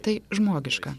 tai žmogiška